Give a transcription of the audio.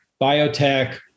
biotech